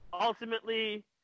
Ultimately